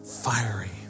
fiery